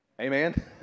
Amen